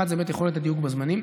הראשון זה באמת יכולת הדיוק בזמנים,